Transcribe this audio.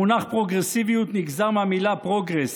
המונח "פרוגרסיביות" נגזר מהמילה פרוגרס,